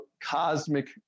cosmic